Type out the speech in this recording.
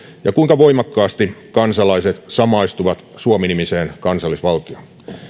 ja kuinka voimakkaasti kansalaiset samastuvat suomi nimiseen kansallisvaltioon